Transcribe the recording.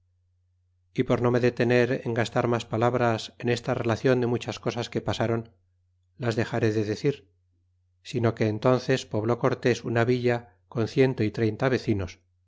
y por no me detener en gastar mas palabras en esta relacion de muchas cosas que pasaron las dexare de decir si no que entónces pobló cortes una villa con ciento y treinta vecinos